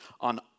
on